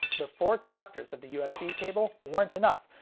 the four conductors of the usb cable weren't enough,